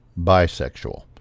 bisexual